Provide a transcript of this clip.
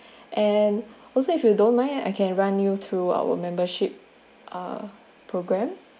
and also if you don't mind I can run you through our membership uh program